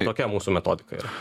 tokia mūsų metodika yra